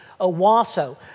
Owasso